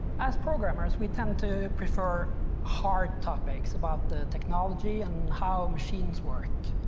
as programmers we tend to prefer hard topics about the technology and how machines worked.